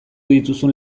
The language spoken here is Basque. dituzun